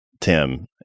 Tim